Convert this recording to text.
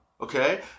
okay